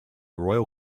royal